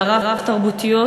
על הרב-תרבותיות,